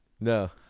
No